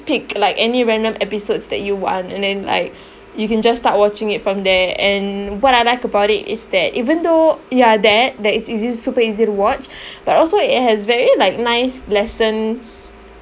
pick like any random episodes that you want and then like you can just start watching it from there and what I like about it is that even though ya that that it's easy super easy to watch but also it has very like nice lessons